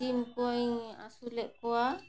ᱥᱤᱢ ᱠᱚᱧ ᱟᱹᱥᱩᱞᱮᱫ ᱠᱚᱣᱟ